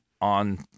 on